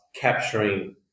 capturing